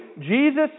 Jesus